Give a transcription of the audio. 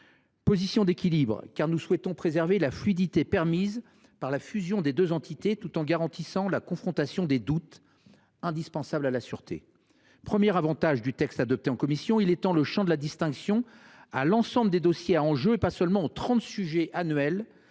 Position d’équilibre, car nous souhaitons préserver la fluidité permise par la fusion des deux entités, tout en garantissant la confrontation des doutes, indispensable à la sûreté. Premier avantage du texte adopté en commission : il étend le champ de la distinction à l’ensemble des dossiers à enjeux, et pas seulement aux trente sujets annuels